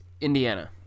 indiana